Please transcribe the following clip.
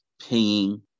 paying